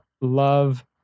love